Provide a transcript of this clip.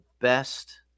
best